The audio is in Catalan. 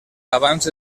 abans